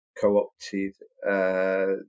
co-opted